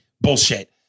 bullshit